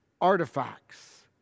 artifacts